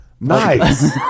Nice